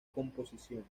composición